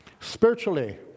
Spiritually